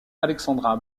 alexandra